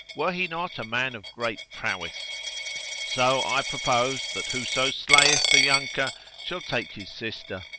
were he not a man of great prowess so i propose that whoso slayeth the younker shall take his sister.